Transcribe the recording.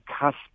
cusp